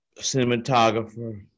cinematographer